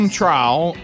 trial